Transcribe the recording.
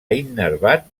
innervat